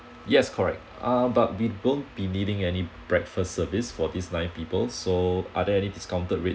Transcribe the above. yes correct ah but we don't be needing any breakfast service for these nine people so are there any discounted rate